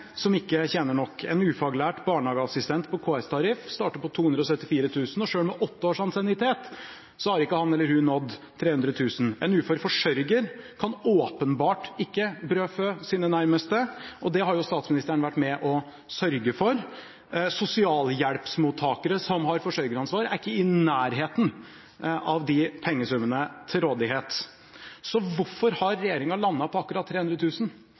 som ikke tjener nok. En ufaglært barnehageassistent på KS-tariff starter på 274 000 kr. Selv med åtte års ansiennitet har ikke han/hun nådd 300 000 kr. En ufør forsørger kan åpenbart ikke brødfø sine nærmeste, og det har statsministeren vært med og sørget for. Sosialhjelpsmottakere som har forsørgeransvar, er ikke i nærheten av å ha de pengesummene til rådighet. Så hvorfor har regjeringen landet på akkurat